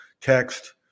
text